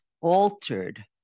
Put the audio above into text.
altered